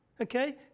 Okay